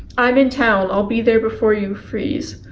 i'm in town, i'll be there before you freeze.